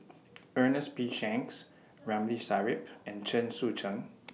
Ernest P Shanks Ramli Sarip and Chen Sucheng